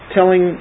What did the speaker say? telling